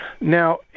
Now